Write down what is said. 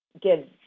give